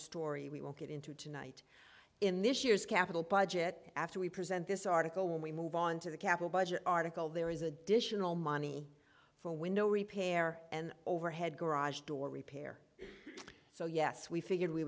story we will get into tonight in this year's capital budget after we present this article when we move on to the capital budget article there is additional money for window repair and overhead garage door repair so yes we figured we